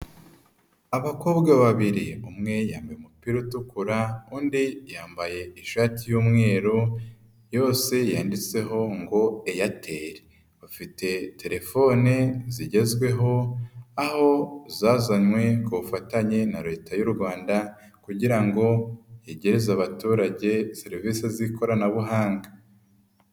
Abakobwa babiri umwe yambaye umupira utukura, undi yambaye ishati y'umweru yose yanditseho ngo '' Airtel''. Bafite telefone zigezweho aho zazanywe ku bufatanye na leta y'u rwanda, kugira ngo yegereze abaturage serivisi z'ikoranabuhanga.